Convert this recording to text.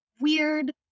weird